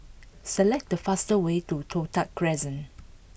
select the fastest way to Toh Tuck Crescent